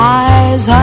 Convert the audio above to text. eyes